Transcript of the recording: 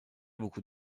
beaucoup